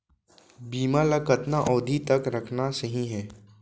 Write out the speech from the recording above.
बीमा ल कतना अवधि तक रखना सही हे?